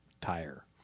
tire